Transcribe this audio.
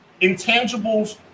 intangibles